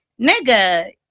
nigga